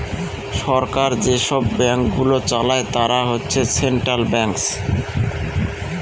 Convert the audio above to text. সরকার যেসব ব্যাঙ্কগুলো চালায় তারা হচ্ছে সেন্ট্রাল ব্যাঙ্কস